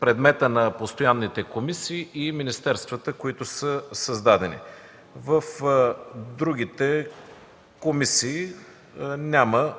предмета на постоянните комисии и министерствата, които са създадени. В другите комисии няма